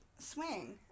swing